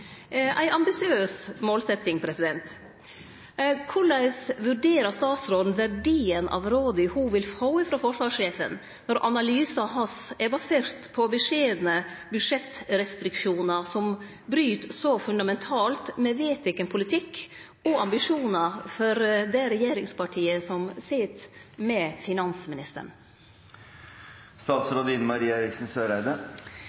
ei ambisiøs målsetjing. Korleis vurderer statsråden verdien av råda ho vil få frå forsvarssjefen når analysen hans er basert på beskjedne budsjettrestriksjonar som bryt så fundamentalt med vedteken politikk og ambisjonar for det regjeringspartiet som sit med